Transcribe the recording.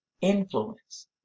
influence